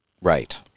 Right